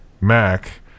Mac